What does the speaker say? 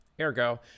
Ergo